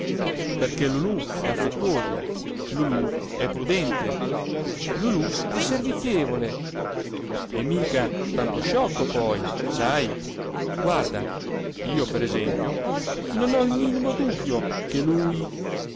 perché lulù è affettuoso lulù è prudente lulù è servizievole e mica tanto sciocco poi sai guarda io per esempio non ho il minimo dubbio che lui